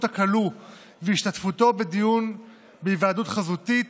הכלוא והשתתפותו בדיון בהיוועדות חזותית